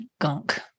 gunk